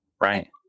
Right